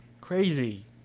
Crazy